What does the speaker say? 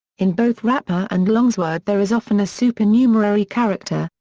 in both rapper and longsword there is often a supernumerary character,